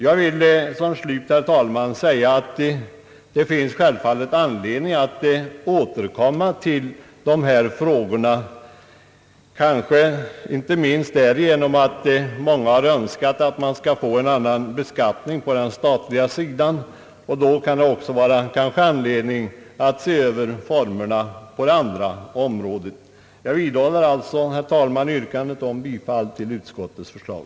Jag vill till slut, herr talman, säga att det självfallet blir anledning att återkomma till dessa frågor, kanske inte minst därför att många har önskat att få en annan beskattning på den statliga sidan. Då kan det kanske också vara anledning att se över formerna på det andra området. Jag vidhåller, herr talman, yrkandet om bifall till utskottets förslag.